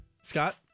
Scott